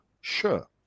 sure